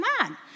Man